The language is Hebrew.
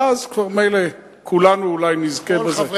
ואז כבר ממילא כולנו אולי נזכה בזה.